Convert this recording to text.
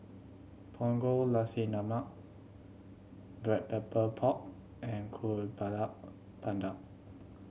Punggol Nasi Lemak Black Pepper Pork and Kuih Bakar Pandan